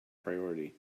priority